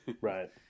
right